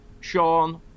Sean